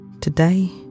Today